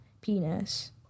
penis